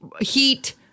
Heat